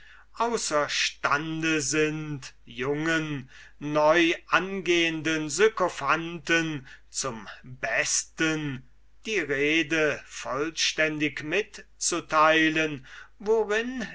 außer stande sind jungen neuangehenden sykophanten zum besten die rede vollständig mitzuteilen worin